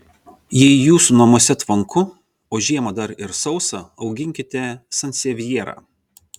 jei jūsų namuose tvanku o žiemą dar ir sausa auginkite sansevjerą